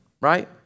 Right